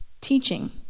teaching